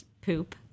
poop